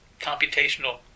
computational